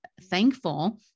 thankful